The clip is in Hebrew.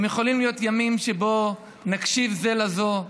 הם יכולים להיות ימים שבהם נקשיב זה לזו,